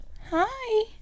Hi